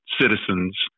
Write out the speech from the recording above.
citizens